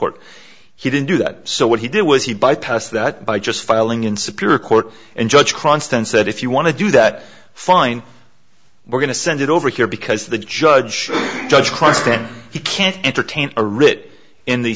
court he didn't do that so what he did was he bypassed that by just filing in superior court and judge cranston said if you want to do that fine we're going to send it over here because the judge judge cranston he can't entertain a writ in the